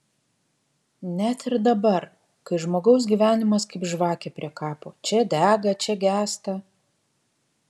net ir dabar kai žmogaus gyvenimas kaip žvakė prie kapo čia dega čia gęsta